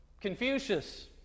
Confucius